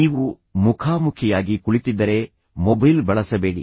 ನೀವು ಮುಖಾಮುಖಿಯಾಗಿ ಕುಳಿತಿದ್ದರೆ ಮೊಬೈಲ್ ಬಳಸಬೇಡಿ